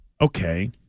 Okay